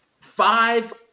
five